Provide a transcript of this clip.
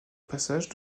passage